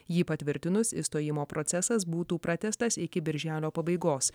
jį patvirtinus išstojimo procesas būtų pratęstas iki birželio pabaigos